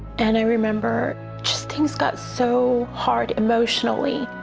and i remember, just things got so hard emotionally.